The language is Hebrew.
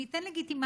אם ניתן לגיטימציה,